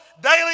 daily